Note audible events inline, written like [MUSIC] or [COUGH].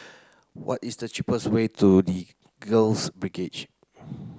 what is the cheapest way to The Girls [UNINTELLIGIBLE]